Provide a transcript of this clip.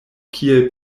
kiel